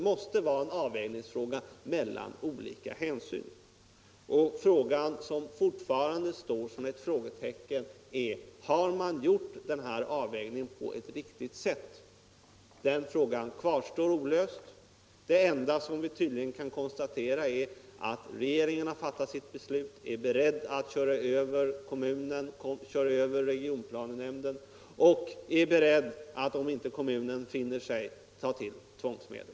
Man måste sätta ett frågetecken: Har den här avvägningen gjorts på ett riktigt sätt? Den frågan kvarstår obesvarad. Det enda som vi tydligen kan konstatera är att regeringen har fattat sitt beslut och är beredd att köra över kommunen och regionplannämnden samt att, om kommunen inte finner sig i beslutet, ta till tvångsmedel.